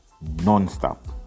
non-stop